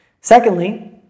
Secondly